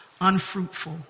unfruitful